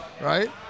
right